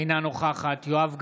אינה נוכחת יואב גלנט,